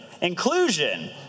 Inclusion